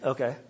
Okay